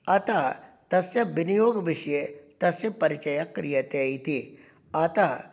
अतः तस्य विनियोगविषये तस्य परिचयः क्रियते इति अतः